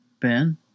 Ben